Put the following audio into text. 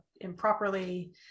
improperly